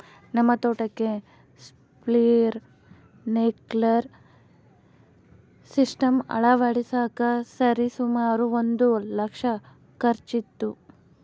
ನಮ್ಮ ತೋಟಕ್ಕೆ sprinkler system ಅಳವಡಿಸಕ ಸರಿಸುಮಾರು ಒಂದು ಲಕ್ಷ ಖರ್ಚಾಯಿತು